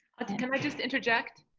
i think i might just interject.